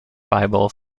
bible